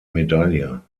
medaille